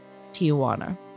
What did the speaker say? Tijuana